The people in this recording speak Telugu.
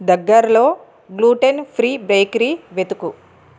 దగ్గరలో గ్లూటెన్ ఫ్రీ బేకరీ వెతుకు